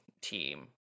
team